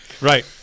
right